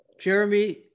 Jeremy